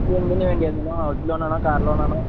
ഇത് എന്തിനു വേണ്ടിയായിരുന്നു ലോൺ ഹൌസിങ്ങ് ലോൺ ആണോ കാർ ലോണാണോ